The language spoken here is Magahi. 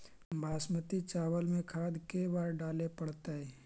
बासमती चावल में खाद के बार डाले पड़तै?